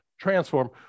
Transform